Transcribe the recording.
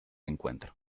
encuentro